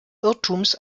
irrtums